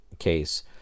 case